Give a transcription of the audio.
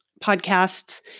podcasts